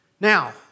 Now